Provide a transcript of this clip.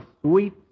sweet